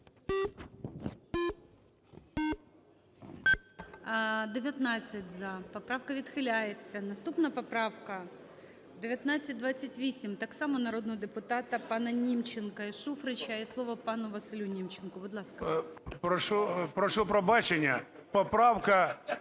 Прошу пробачення, поправка